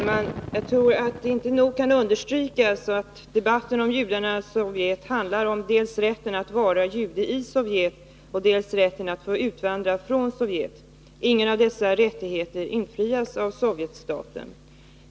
Herr talman! Jag tror att det inte nog kan understrykas att debatten om judarna i Sovjet handlar om dels rätten att vara jude i Sovjet, dels rätten att få utvandra från Sovjet. Ingen av dessa rättigheter infrias av Sovjetstaten.